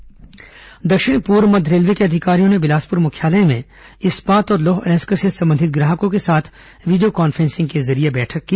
railway बैठक दक्षिण पूर्व मध्य रेलवे के अधिकरियों ने बिलासपुर मुख्यालय में इस्पात और लौह अयस्क से संबंधित ग्राहकों के साथ वीडियो कान्फ्रेंसिंग के जरिए बैठक की